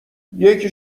یکی